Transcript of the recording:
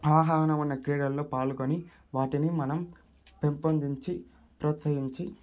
ఆహ్వానం ఉన్న క్రీడలలో పాల్గొని వాటిని మనం పెంపొందించి ప్రోత్సహించి